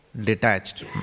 detached